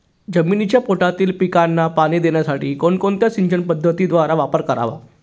जमिनीच्या पोटातील पिकांना पाणी देण्यासाठी कोणत्या सिंचन पद्धतीचा वापर करावा?